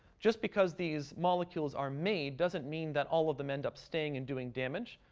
just because these molecules are made, doesn't mean that all of them end up staying and doing damage.